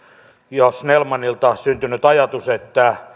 jo snellmanilta syntynyt ajatus että